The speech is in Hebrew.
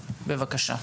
בבקשה.